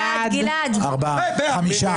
הצבעה לא אושרו.